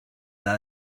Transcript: edad